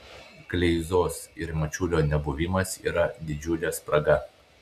kleizos ir mačiulio nebuvimas yra didžiulė spraga